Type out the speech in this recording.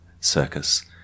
circus